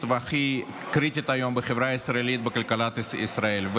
והכי קריטית היום בחברה הישראלית ובכלכלת ישראל.